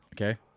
Okay